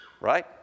Right